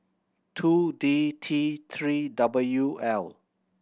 two D T Three W L